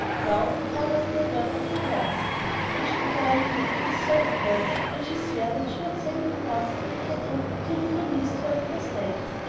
now that thou hast thy will of the horse and she beguiled him with soft words and she sware that she would send him horses and cattle, till he released her and her slaves.